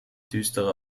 düstere